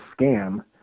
scam